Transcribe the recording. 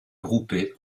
groupé